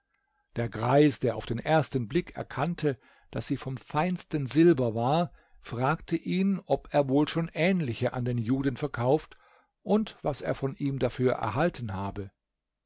der greis der auf den ersten blick erkannte daß sie vom feinsten silber war fragte ihn ob er wohl schon ähnliche an den juden verkauft und was er von ihm dafür erhalten habe